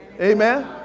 Amen